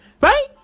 right